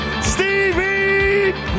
Stevie